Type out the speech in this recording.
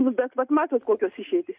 nu bet vat matot kokios išeitys